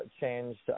changed